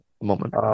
moment